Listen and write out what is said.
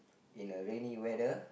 in a rainy weather